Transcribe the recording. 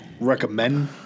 recommend